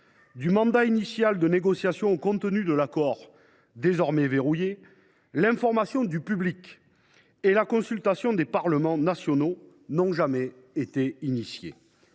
Du mandat initial de négociation au contenu de l’accord, désormais verrouillé, l’information du public et la consultation des parlements nationaux n’ont jamais été entreprises.